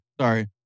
Sorry